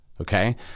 Okay